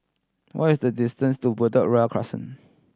what is the distance to Bedok Ria Crescent